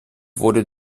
wurde